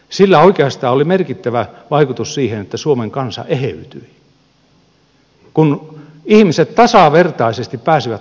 sillä oikeastaan oli merkittävä vaikutus siihen että suomen kansa eheytyi kun ihmiset tasavertaisesti pääsivät osallistumaan päätöksentekoon